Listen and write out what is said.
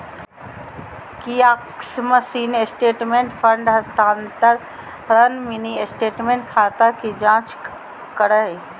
kiosk machine statement, fund हस्तानान्तरण, mini statement, खाता की जांच करो हइ